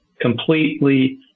completely